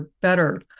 better